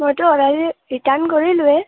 মইতো already return কৰিলোঁৱেই